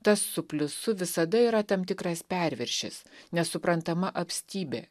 tas su pliusu visada yra tam tikras perviršis nesuprantama apstybė